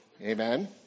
Amen